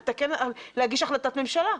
להגיש החלטת ממשלה.